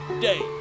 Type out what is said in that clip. Day